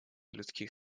людских